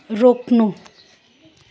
रोक्नु